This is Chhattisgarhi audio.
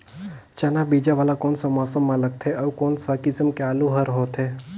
चाना बीजा वाला कोन सा मौसम म लगथे अउ कोन सा किसम के आलू हर होथे?